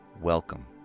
Welcome